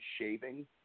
shaving